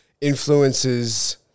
influences